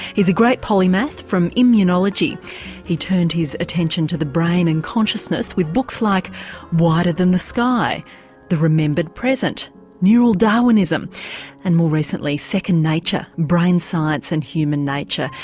he's a great polymath. from immunology he turned his attention to the brain and consciousness with books like wider than the sky the remembered present neural darwinism and more recently second nature brain science and human nature.